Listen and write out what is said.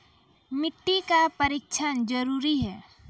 मिट्टी का परिक्षण जरुरी है?